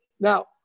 Now